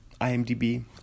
IMDB